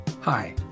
Hi